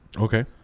okay